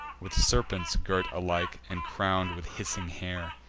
with serpents girt alike, and crown'd with hissing hair.